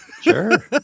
Sure